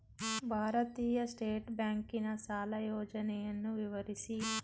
ಭಾರತೀಯ ಸ್ಟೇಟ್ ಬ್ಯಾಂಕಿನ ಸಾಲ ಯೋಜನೆಯನ್ನು ವಿವರಿಸಿ?